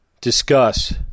discuss